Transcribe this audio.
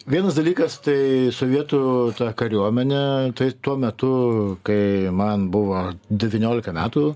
vienas dalykas tai sovietų kariuomenė tai tuo metu kai man buvo devyniolika metų